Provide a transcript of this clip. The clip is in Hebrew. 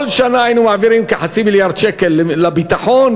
כל שנה היינו מעבירים כחצי מיליארד שקל לביטחון,